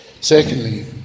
Secondly